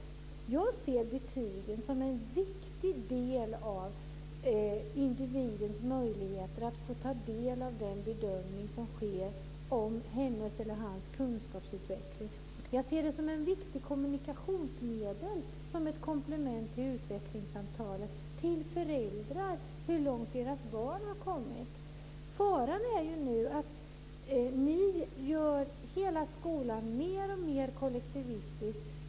Jag ser betygen som en viktig del av individens möjligheter att få ta del av den bedömning som sker av hennes eller hans kunskapsutveckling. Jag ser det som ett viktigt kommunikationsmedel och som ett komplement till utvecklingssamtalen för att tala om för föräldrar hur långt deras barn har kommit. Faran är ju nu att ni gör hela skolan mer och mer kollektivistisk.